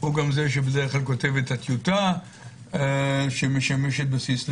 הוא גם זה שבדרך כלל כותב את הטיוטה שמשמשת בסיס לדיון.